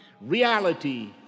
reality